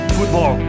Football